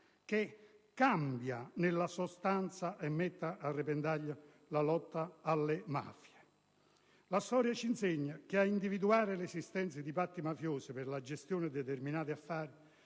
cambia nella sostanza e che nulla mette a repentaglio la lotta alla mafia. La storia ci insegna però che ad individuare l'esistenza di patti mafiosi per la gestione di determinati affari